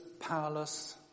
powerless